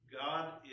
God